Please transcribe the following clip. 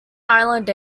island